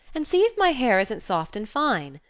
and see if my hair isn't soft and fine.